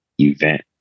event